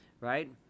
right